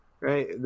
right